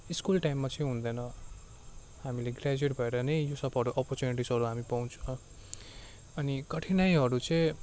school टाइममा चाहिँ हुँदैन हामीले ग्रेजुएट भएर नै यो सबहरू अपर्च्युनिटिसहरू हामी पाउँछ अनि कठिनाइहरू चाहिँ